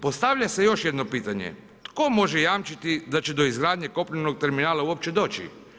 Postavlja se još jedno pitanje, tko može jamčiti da će do izgradnje kopnenog terminala uopće doći?